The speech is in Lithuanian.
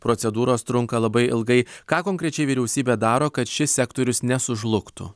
procedūros trunka labai ilgai ką konkrečiai vyriausybė daro kad šis sektorius nesužlugtų